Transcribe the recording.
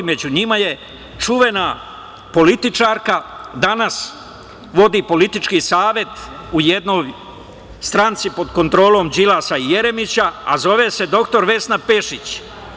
Među njima je čuvena političarka, danas vodi politički savet u jednoj stranci pod kontrolom Đilasa i Jeremića, a zove se dr Vesna Pešić.